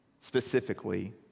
specifically